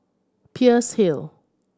Peirce Hill